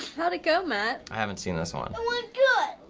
how'd it go, matt? i haven't seen this one. it went good.